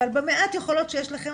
אבל במעט יכולות שיש לכם,